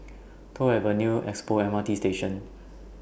Toh Avenue Expo M R T Station